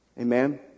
Amen